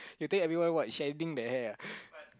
you thinking everyone what shading the hair ah